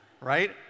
right